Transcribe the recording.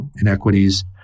inequities